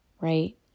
right